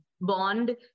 bond